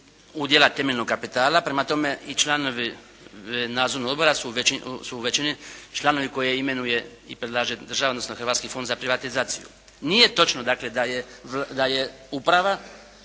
udjela temeljnog kapitala. Prema tome, i članovi nadzornog odbora su u većini članovi koje imenuje i predlaže država odnosno Hrvatski fond za privatizaciju. Nije točno dakle da je uprava